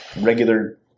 regular